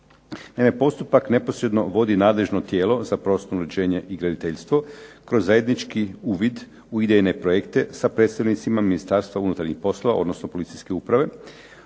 Naime, postupak neposredno vodi nadležno tijelo za prostorno uređenje i graditeljstvo kroz zajednički vid u idejne projekte sa predstavnicima Ministarstva unutarnjih poslova, odnosno policijske uprave.